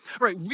right